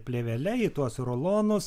plėvele į tuos rulonus